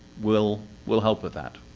will will help with that.